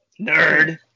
nerd